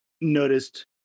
noticed